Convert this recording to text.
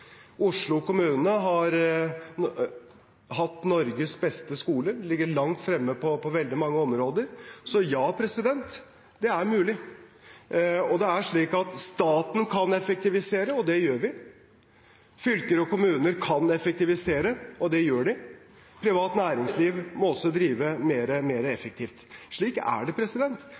Oslo kommune har hatt Norges beste skole, ligger langt fremme på veldig mange områder, så ja, det er mulig. Staten kan effektivisere, og det gjør vi. Fylker og kommuner kan effektivisere, og det gjør de. Privat næringsliv må også drive mer effektivt. Slik er det.